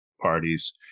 parties